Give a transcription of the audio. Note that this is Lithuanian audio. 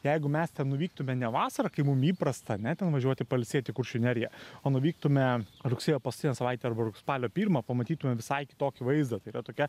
jeigu mes ten nuvyktume ne vasarą kai mum įprasta ane ten važiuoti pailsėti į kuršių neriją o nuvyktume rugsėjo paskutinę savaitę ar spalio pirmą pamatytume visai kitokį vaizdą tai yra tokia